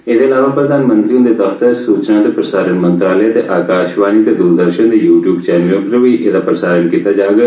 एहदे अलावा प्रधानमंत्री हुंदे दफ्तर सूचना ते प्रसारण मंत्रालय ते आकाशवाणी ते दूरदर्शन दे यू ट्यूब चैनलें पर बी एह्दा प्रसारण होग